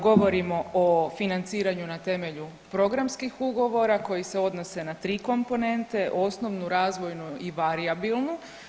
Govorimo o financiranju na temelju programskih ugovora koji se odnose na tri komponentne, osnovnu, razvojnu i varijabilnu.